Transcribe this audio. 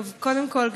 קודם כול,